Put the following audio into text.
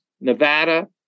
Nevada